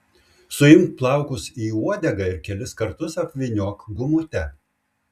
suimk plaukus į uodegą ir kelis kartus apvyniok gumute